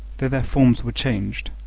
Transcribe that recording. though their forms were changed,